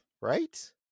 Right